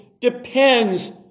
depends